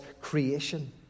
creation